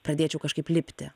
pradėčiau kažkaip lipti